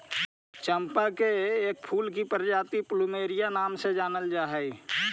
चंपा के फूल की एक प्रजाति प्लूमेरिया नाम से जानल जा हई